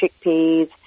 chickpeas